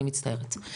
אני מצטערת.